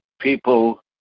people